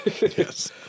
Yes